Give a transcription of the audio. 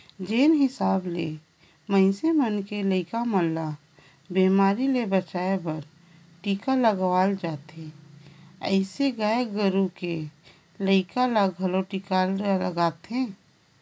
जेन हिसाब ले मनइसे मन के लइका मन ल बेमारी ले बचाय बर टीका लगवाल जाथे ओइसने गाय गोरु के लइका ल घलो टीका लगथे